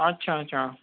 اچھا اچھا